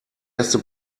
erste